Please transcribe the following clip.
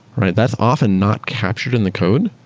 right? that's often not captured in the code.